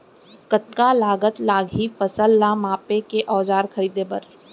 कतका लागत लागही फसल ला मापे के औज़ार खरीदे बर?